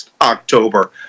October